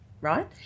right